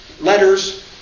letters